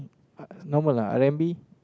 normal lah R-and-B